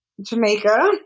jamaica